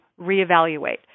reevaluate